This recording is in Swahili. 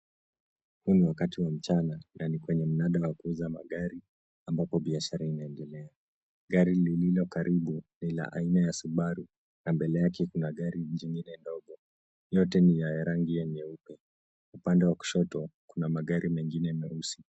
Huu ni wakati wa mchana na ni kwenye mnada wa kuuza magari ambapo biashara inaendelea. Gari lililo karibu ni la aina ya subaru na mbele yake kuna gari jingine ndogo. Yote ni ya rangi ya nyeusi. Upande wa kushoto kuna magari mengine meusi.